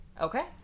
Okay